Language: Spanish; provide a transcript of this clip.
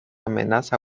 amenaza